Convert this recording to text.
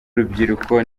w’urubyiruko